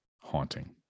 haunting